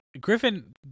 Griffin